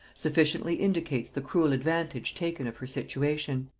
sufficiently indicates the cruel advantage taken of her situation.